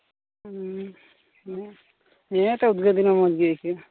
ᱦᱮᱸ ᱱᱤᱭᱟᱹ ᱛᱚ ᱩᱫᱽᱜᱟᱹᱨ ᱫᱤᱱ ᱢᱚᱡᱽ ᱜᱮ ᱟᱹᱭᱠᱟᱹᱜᱼᱟ